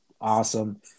awesome